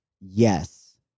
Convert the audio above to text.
yes